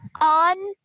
on